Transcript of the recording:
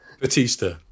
Batista